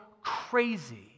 crazy